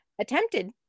attempted